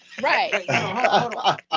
Right